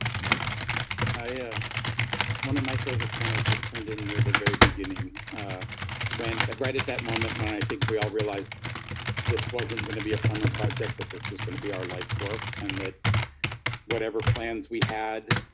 mike i one of my favorite panels was turned in near the very beginning when right at that moment when i think we all realized this wasn't going to be a summer project that this was going to be our life's work and that whatever plans we had.